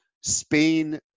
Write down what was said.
Spain